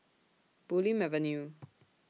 Bulim Avenue